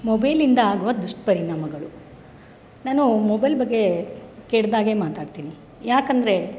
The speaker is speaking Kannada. ಮೊಬೆಲಿಂದ ಆಗುವ ದುಷ್ಪರಿಣಾಮಗಳು ನಾನು ಮೊಬೆಲ್ ಬಗ್ಗೆ ಕೆಟ್ಟದಾಗೇ ಮಾತಾಡ್ತೀನಿ ಏಕೆಂದರೆ